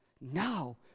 Now